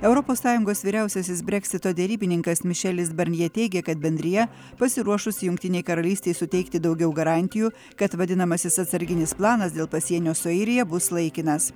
europos sąjungos vyriausiasis breksito derybininkas mišelis barnjie teigė kad bendrija pasiruošusi jungtinei karalystei suteikti daugiau garantijų kad vadinamasis atsarginis planas dėl pasienio su airija bus laikinas